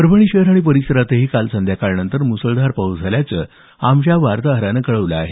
परभणी शहर आणि परिसरातही काल संध्याकाळनंतर मुसळधार पाऊस झाल्याचं आमच्या वार्ताहरानं कळवलं आहे